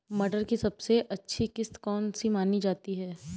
मटर की सबसे अच्छी किश्त कौन सी मानी जाती है?